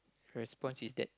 response is that